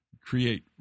create